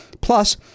plus